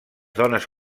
dones